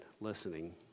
listening